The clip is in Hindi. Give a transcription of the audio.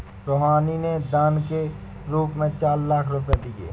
रूहानी ने दान के रूप में चार लाख रुपए दिए